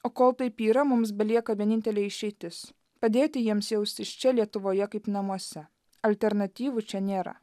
o kol taip yra mums belieka vienintelė išeitis padėti jiems jaustis čia lietuvoje kaip namuose alternatyvų čia nėra